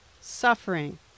suffering